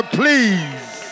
please